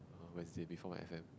Wednesday before my exam